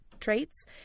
traits